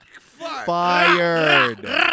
fired